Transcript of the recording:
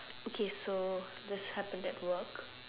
okay so this happened at work